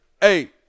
Hey